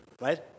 right